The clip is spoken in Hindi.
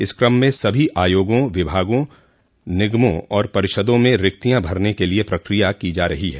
इस क्रम में सभी आयोगों विभागों निगमों और परिषदों में रिक्तियां भरने के लिए प्रक्रिया की जा रही है